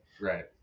right